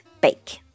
bake